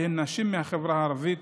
והן נשים מהחברה הערבית,